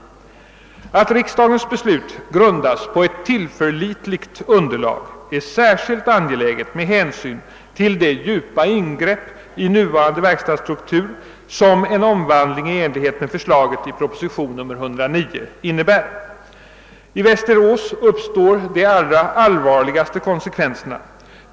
Att riksdagens beslut grundas på ett tillförlitligt underlag är särskilt angeläget med hänsyn till det djupa ingrepp i nuvarande verkstadsstruktur som en omvandling i enlighet med förslaget i proposition nr 109 innebär. I Västerås uppstår de allra allvarligaste konsekvenserna.